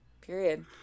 period